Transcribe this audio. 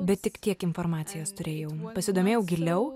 bet tik tiek informacijos turėjau pasidomėjau giliau